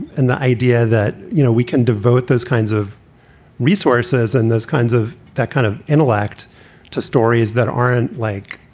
and the idea that, you know, we can devote those kinds of resources and those kinds of that kind of intellect to stories that aren't like,